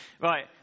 right